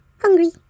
hungry